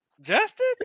Justin